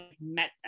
met